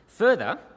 Further